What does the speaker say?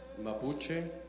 Mapuche